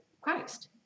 Christ